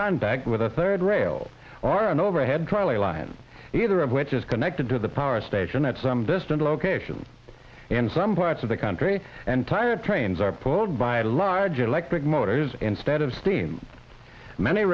contact with a third rail or an overhead trolley line either of which is connected to the power station at some distant location in some parts of the country and tired of trains are pulled by a large electric motors instead of steam many